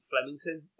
Flemington